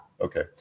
Okay